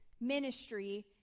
ministry